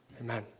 amen